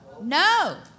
No